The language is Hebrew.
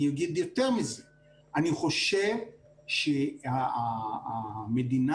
אני חושב שאם התוכנית